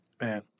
Man